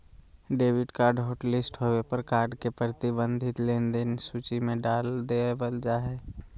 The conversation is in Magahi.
डेबिट कार्ड हॉटलिस्ट होबे पर कार्ड के प्रतिबंधित लेनदेन के सूची में डाल देबल जा हय